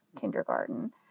kindergarten